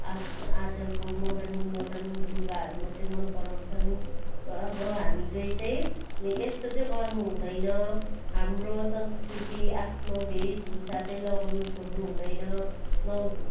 आच आजकलको modern modern लुगाहरू मात्रै मन पराउँछन् अब हामीले चाहिँ यस्तो चाहिँ गर्नु हुँदैन हाम्रो संस्कृति आफ्नो वेशभूषा चाहिँ लगाउनु छोडनु हुँदैन नउ